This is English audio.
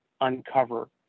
uncover